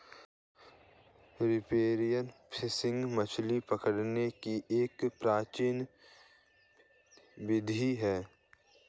spear fishing मछली पकड़ने की एक प्राचीन विधि है